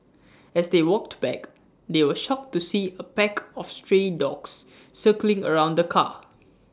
as they walked back they were shocked to see A pack of stray dogs circling around the car